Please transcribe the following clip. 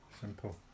Simple